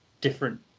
different